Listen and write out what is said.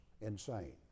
insane